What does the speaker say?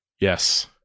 Yes